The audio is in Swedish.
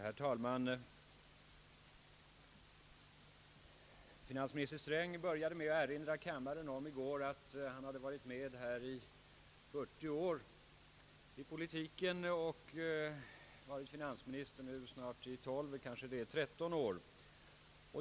Herr talman! Finansminister Sträng började i går med att erinra kammaren om att han varit med 40 år i politiken och varit finansminister i 12 eller 13 år.